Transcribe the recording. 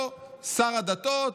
פה שר הדתות,